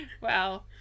wow